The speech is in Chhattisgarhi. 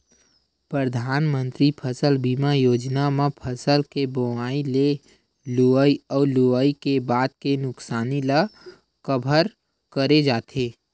परधानमंतरी फसल बीमा योजना म फसल के बोवई ले लुवई अउ लुवई के बाद के नुकसानी ल कभर करे जाथे